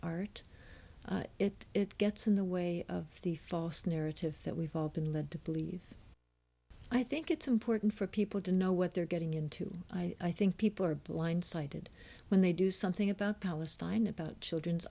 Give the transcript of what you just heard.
art it gets in the way of the false narrative that we've all been led to believe i think it's important for people to know what they're getting into i think people are blindsided when they do something about palestine about children's